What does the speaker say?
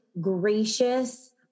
gracious